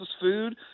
food